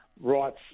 rights